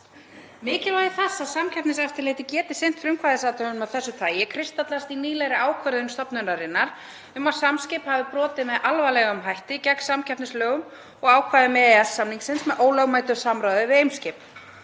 Mikilvægi þess að Samkeppniseftirlitið geti sinnt frumkvæðisathugunum af þessu tagi kristallast í nýlegri ákvörðun stofnunarinnar um að Samskip hafi brotið með alvarlegum hætti gegn samkeppnislögum og ákvæðum EES-samningsins með ólögmætu samráði við Eimskip.